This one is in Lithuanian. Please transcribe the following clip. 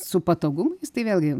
su patogumais tai vėlgi